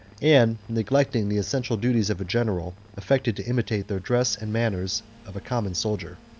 and, neglecting the essential duties of a general, affected to imitate the dress and manners of a common soldier.